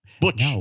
Butch